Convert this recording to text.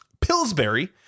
Pillsbury